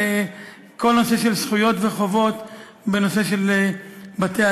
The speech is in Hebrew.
כל הנושא של זכויות וחובות בנושא של בתי-עלמין.